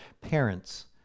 Parents